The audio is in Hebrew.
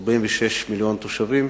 46 מיליון תושבים,